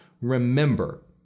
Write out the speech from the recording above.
remember